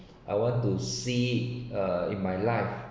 I want to see uh in my life